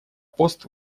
пост